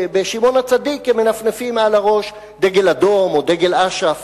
בשמעון-הצדיק הם מנופפים מעל הראש בדגל אדום או בדגל אש"ף.